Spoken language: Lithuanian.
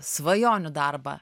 svajonių darbą